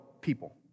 people